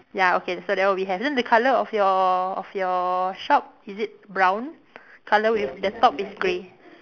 ya okay so that one we have then the colour of your of your shop is it brown colour with the top is grey